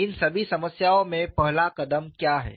इन सभी समस्याओं में पहला कदम क्या है